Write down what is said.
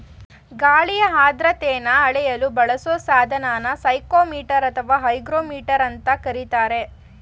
ಗಾಳಿಯ ಆರ್ದ್ರತೆನ ಅಳೆಯಲು ಬಳಸೊ ಸಾಧನನ ಸೈಕ್ರೋಮೀಟರ್ ಅಥವಾ ಹೈಗ್ರೋಮೀಟರ್ ಅಂತ ಕರೀತಾರೆ